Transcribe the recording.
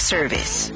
Service